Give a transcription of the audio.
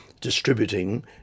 distributing